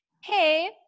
hey